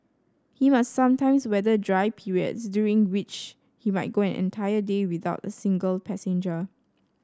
he must sometimes weather dry periods during which he might go an entire day without a single passenger